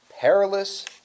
perilous